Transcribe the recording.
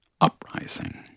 uprising